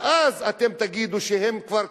ואז אתם תגידו שהם כבר קיצוניים,